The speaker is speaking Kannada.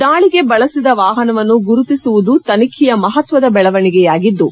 ದಾಳಿಗೆ ಬಳಸಿದ ವಾಹನವನ್ನು ಗುರುತಿಸಿರುವುದು ತನಿಖೆಯ ಮಹತ್ವದ ಬೆಳವಣಿಗೆಯಾಗಿದ್ದು